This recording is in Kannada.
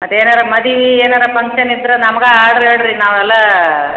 ಮತ್ತೇನಾರು ಮದಿವೆ ಏನಾರು ಪಂಕ್ಷನ್ ಇದ್ರೆ ನಮ್ಗೆ ಆರ್ಡರ್ ಹೇಳಿ ರೀ ನಾವೆಲ್ಲಾ